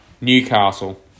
Newcastle